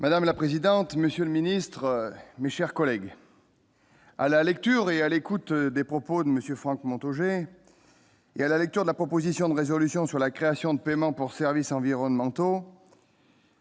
Madame la présidente, monsieur le Ministre, mes chers collègues. à la lecture et à l'écoute des propos de Monsieur Franck Manteaux ai et à la lecture de la proposition de résolution sur la création de paiements pour services environnementaux.